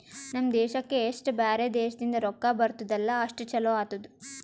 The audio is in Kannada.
ನಮ್ ದೇಶಕ್ಕೆ ಎಸ್ಟ್ ಬ್ಯಾರೆ ದೇಶದಿಂದ್ ರೊಕ್ಕಾ ಬರ್ತುದ್ ಅಲ್ಲಾ ಅಷ್ಟು ಛಲೋ ಆತ್ತುದ್